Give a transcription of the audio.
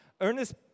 Ernest